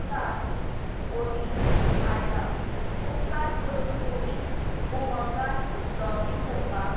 सात O T P आयला उपकार करून तुमी उमंगात लाॅगीन करपाक